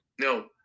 No